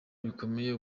bikomeye